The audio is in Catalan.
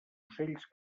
ocells